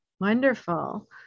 Wonderful